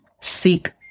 seek